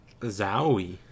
Zowie